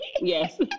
Yes